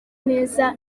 neza